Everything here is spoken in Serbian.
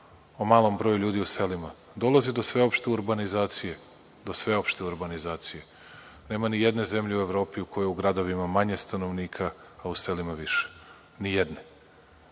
o malom broju ljudi u selima, dolazi do sveopšte urbanizacije, do sveopšte urbanizacije. Nema nijedne zemlje u Evropi u kojim gradovima manje stanovnika, a u selima više. Nijedne,